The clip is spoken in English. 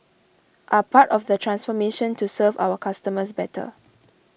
are part of the transformation to serve our customers better